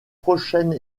prochaine